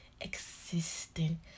existing